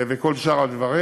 וכל שאר הדברים.